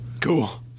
Cool